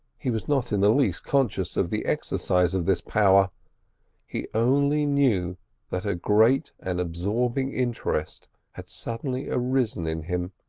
he was not in the least conscious of the exercise of this power he only knew that a great and absorbing interest had suddenly arisen in him,